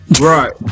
Right